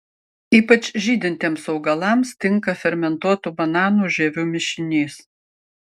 ypač žydintiems augalams tinka fermentuotų bananų žievių mišinys